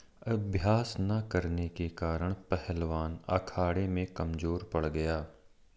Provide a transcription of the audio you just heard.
अभ्यास न करने के कारण पहलवान अखाड़े में कमजोर पड़ गया